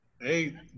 Hey